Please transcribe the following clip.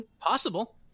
possible